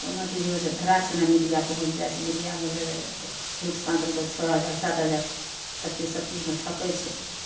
कोनो चीज होइ छै धड़ाकसना मीडिआ पहुँचि जाइ छै मीडिआमे लै जाके झूठ साँचमे छओ हजार सात हजार सबचीज सबचीजमे ठकै छै